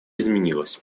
изменилась